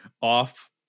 off